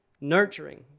Nurturing